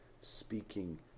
speaking